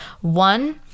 One